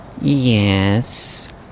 Yes